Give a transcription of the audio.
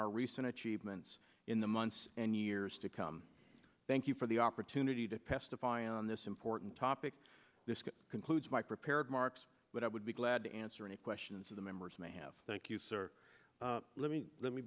our recent achievements in the months and years to come thank you for the opportunity to pacify on this important topic this concludes my prepared remarks but i would be glad to answer any questions of the members may have thank you sir let me let me